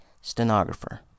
stenographer